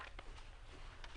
הישיבה ננעלה